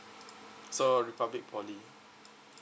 so republic poly